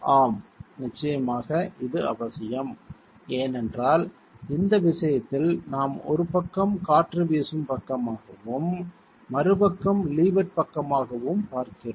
ஆம் நிச்சயமாக இது அவசியம் ஏனென்றால் இந்த விஷயத்தில் நாம் ஒரு பக்கம் காற்று வீசும் பக்கமாகவும் மறுபக்கம் லீவர்ட் பக்கமாகவும் பார்க்கிறோம்